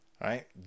right